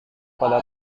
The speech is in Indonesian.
pada